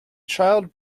child